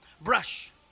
brush